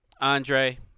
Andre